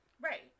Right